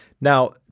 Now